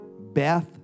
Beth